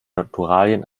naturalien